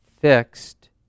fixed